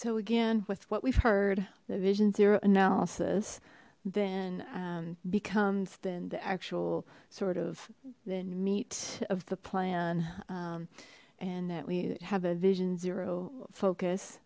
so again with what we've heard the vision zero analysis then um becomes then the actual sort of then meet of the plan and that we have a vision zero focus